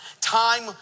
Time